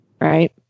right